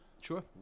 Sure